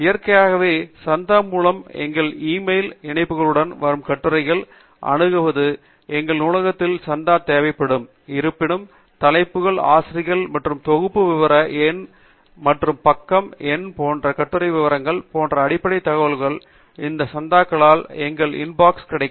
இயற்கையாகவே சந்தா மூலம் எங்கள் இமெயில்களில் இணைப்புகளுடன் வரும் கட்டுரைகளை அணுகுவது எங்கள் நூலகத்திலிருந்து சந்தா தேவைப்படும் இருப்பினும் தலைப்புகள் ஆசிரியர்கள் மற்றும் தொகுதி விவர எண் மற்றும் பக்கம் எண் போன்ற கட்டுரை விவரங்கள் போன்ற அடிப்படை தகவல்கள் இந்த சந்தாக்களால் எங்கள் இன்பாக்ஸ் கிடைக்கும்